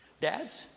dads